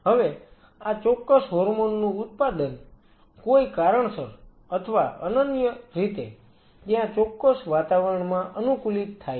હવે આ ચોક્કસ હોર્મોન નું ઉત્પાદન કોઈ કારણસર અથવા અન્યરીતે ત્યાં ચોક્કસ વાતાવરણમાં અનુકૂલિત થાય છે